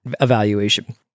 evaluation